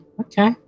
okay